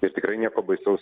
tai tikrai nieko baisaus